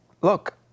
look